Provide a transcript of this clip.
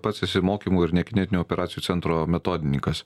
pats esi mokymų ir nekinetinių operacijų centro metodininkas